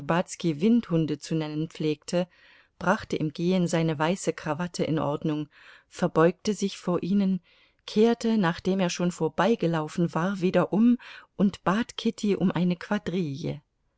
windhunde zu nennen pflegte brachte im gehen seine weiße krawatte in ordnung verbeugte sich vor ihnen kehrte nachdem er schon vorbeigelaufen war wieder um und bat kitty um eine quadrille